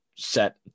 Set